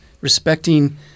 respecting